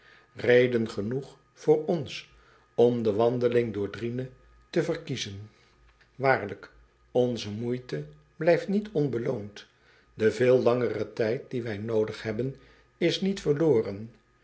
eden genoeg voor ons om de wandeling door riene te verkiezen aarlijk onze moeite blijft niet onbeloond de veel langere tijd dien wij noodig hebben is niet verloren